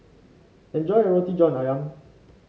enjoy your Roti John ayam